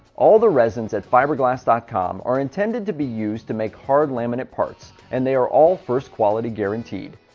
all the resins at fibre glast dot com are intended to be used to make hard laminate parts and they are all first quality guaranteed.